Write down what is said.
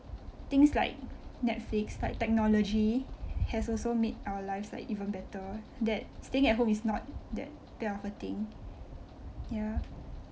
things like netflix like technology has also made our life like even better that staying at home is not that bad of a thing ya